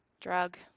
drug